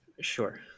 sure